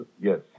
Yes